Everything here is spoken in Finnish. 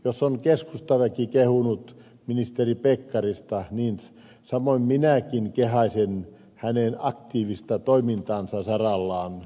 jos on keskustaväki kehunut ministeri pekkarista niin samoin minäkin kehaisen hänen aktiivista toimintaansa sarallaan